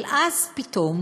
אבל אז פתאום